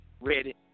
ready